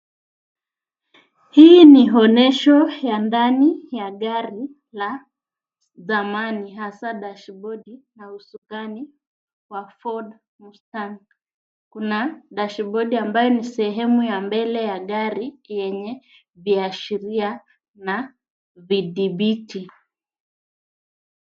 Hii ni onyesho ya ndani ya gari la zamani, hasaa dashibodi au usukani wa Ford Mustang. Kuna dashibodi ambayo ni sehemu ya mbele ya gari yenye viashiria na vidhibiti.